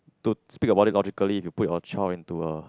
to speak about it logically you put your child into a